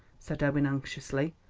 said owen anxiously.